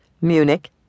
Munich